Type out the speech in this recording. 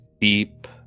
deep